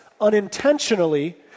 unintentionally